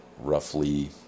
roughly